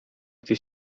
gdy